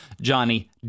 Johnny